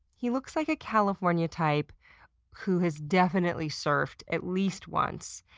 he looks like a california type who has definitely surfed at least once.